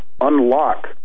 unlock